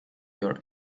your